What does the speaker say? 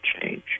change